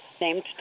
named